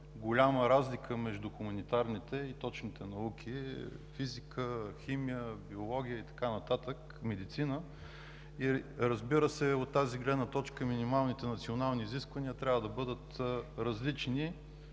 голяма разлика между хуманитарните и точните науки – физика, химия, биология и така нататък, медицина. Разбира се, от тази гледна точка минималните национални изисквания трябва да бъдат различни